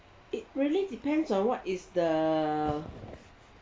it really depends on what is the